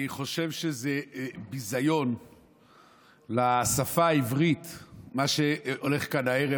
אני חושב שזה ביזיון לשפה העברית מה שהולך כאן הערב,